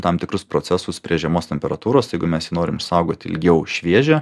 tam tikrus procesus prie žemos temperatūros jeigu mes jį norim išsaugoti ilgiau šviežią